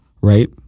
Right